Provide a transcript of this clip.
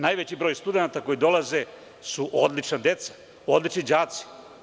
Najveći broj studenata koji dolaze su odlična deca, odlični đaci.